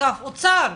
משרד האוצר,